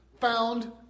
found